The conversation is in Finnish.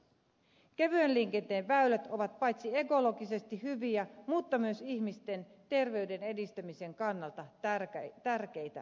kevyen liikenteen väylät ovat paitsi ekologisesti hyviä myös ihmisten terveyden edistämisen kannalta tärkeitä asioita